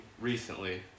recently